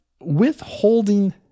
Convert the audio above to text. withholding